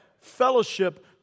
fellowship